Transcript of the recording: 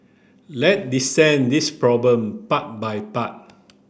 let dissect this problem part by part